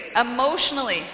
emotionally